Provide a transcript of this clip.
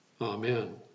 Amen